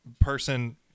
person